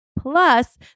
Plus